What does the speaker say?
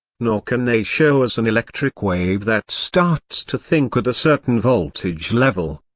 nor can they show us an electric wave that starts to think at a certain voltage level.